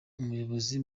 umuyobozi